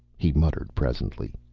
he muttered presently.